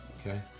Okay